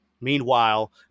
Meanwhile